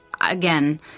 again